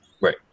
Right